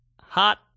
Hot